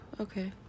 Okay